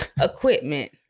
equipment